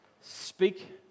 speak